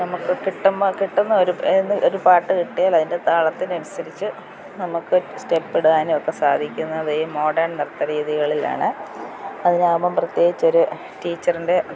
നമുക്കു കിട്ടുമ്പോള് കിട്ടുന്ന ഒരു എന്ന് ഒരു പാട്ടു കിട്ടിയൽ അതിൻ്റെ താളത്തിനനുസരിച്ചു നമുക്ക് സ്റ്റെപ്പിടാനും ഒക്കെ സാധിക്കുന്നത് ഈ മോഡേൺ നൃത്ത രീതികളിലാണ് അതിനാവുമ്പോള് പ്രത്യേകിച്ചൊരു ടീച്ചറിൻ്റെ